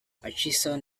atchison